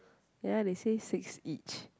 ya they say six each